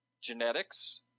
genetics